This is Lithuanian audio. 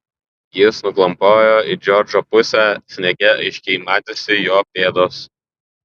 jis nuklampojo į džordžo pusę sniege aiškiai matėsi jo pėdos